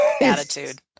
Attitude